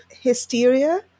hysteria